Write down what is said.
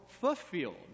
Fulfilled